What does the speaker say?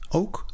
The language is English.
Ook